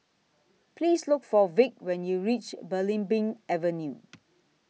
Please Look For Vic when YOU REACH Belimbing Avenue